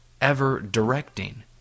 ever-directing